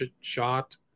shot